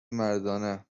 مردانه